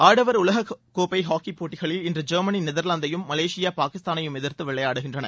ஆடவர் உலக கோப்பை ஹாக்கி போட்டிகளில் இன்று ஜெர்மனி நெதர்வாந்தையும் மலேசியா பாகிஸ்தானையும் எதிர்த்து விளையாடுகின்றன